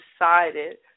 decided